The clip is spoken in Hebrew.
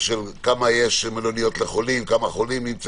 כמה מלוניות יש לחולים, כמה חולים יש שם,